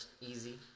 easy